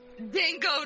Dingo